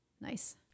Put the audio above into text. Nice